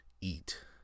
Eat